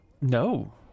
No